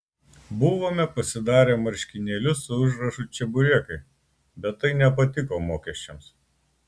buvome pasidarę marškinėlius su užrašu čeburekai bet tai nepatiko mokesčiams